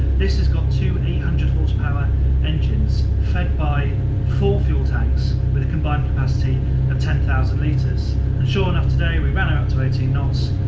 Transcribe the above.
this has got two eight hundred hp like engines fed by four fuel tanks with a combined capacity of ten thousand litres and sure enough today we ran out to eighteen knots,